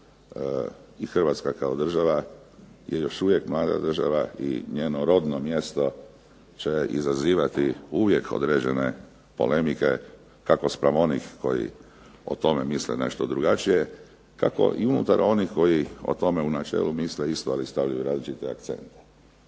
i Hrvatska kao država je još uvijek mlada država i njeno rodno mjesto će izazivati uvijek određene polemike kako spram onih koji o tome misle nešto drugačije, kako i unutar onih koji o tome u načelu misle isto, ali stavljaju različite akcente.